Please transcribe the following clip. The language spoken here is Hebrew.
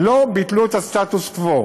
לא ביטלו את הסטטוס-קוו.